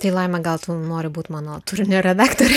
tai laima gal tu nori būt mano turinio redaktorė